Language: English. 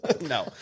No